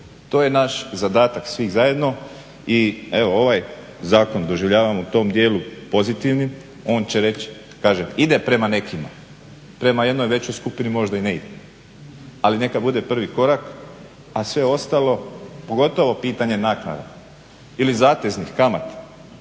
To je naš zadatak svih zajedno. I evo, ovaj zakon doživljavam u tom dijelu pozitivnim, on će reći, kažem ide prema nekima, prema jednoj većoj skupini možda i ne ide, ali neka bude prvi korak. A sve ostalo, pogotovo pitanje naknada ili zateznih kamata.